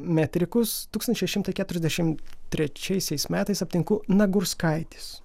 metrikus tūkstantis šeši šimtai keturiasdešimt trečiaisiais metais aptinku nagurskaitis